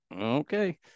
okay